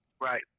right